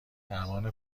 درمان